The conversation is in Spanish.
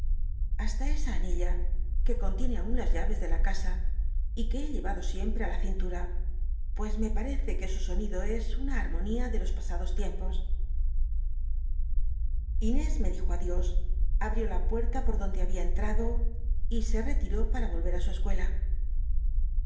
hasta esa anilla que contiene aun las llaves de la casa y que he llcl'ado siempre a la cintura pues me par ece que su sonido es una armonía de los pasados lieiuj os lnés me dijo adios abrió la puerta por donde babia entrado y se retiró para i'oil'cr ü su escuela